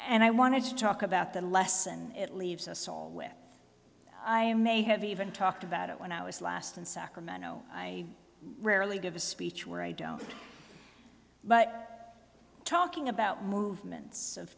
and i want to talk about the lesson it leaves us all with i may have even talked about it when i was last in sacramento i rarely give a speech where i don't but talking about movements of